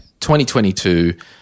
2022